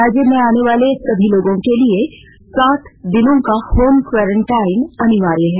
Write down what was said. राज्य में आने वाले सभी लोगों के लिए सात दिनों का होम क्वारंटाइन अनिवार्य है